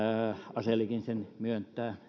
asellkin sen myöntää